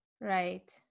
Right